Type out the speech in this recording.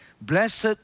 blessed